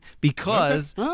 because-